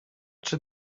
czy